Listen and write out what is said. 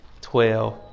twelve